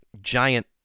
giant